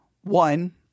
one